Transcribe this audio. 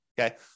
Okay